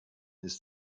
ist